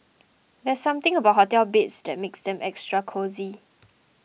there's something about hotel beds that makes them extra cosy